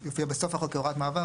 יופיע בסוף החוק או רק הוראת מעבר.